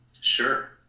Sure